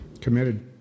committed